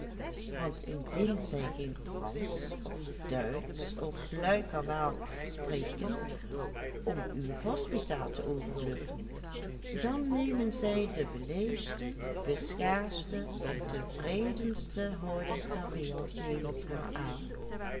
om uw hospita te overbluffen dan nemen zij de beleefdste beschaafdste en tevredenste houding der wereld jegens haar aan